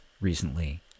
recently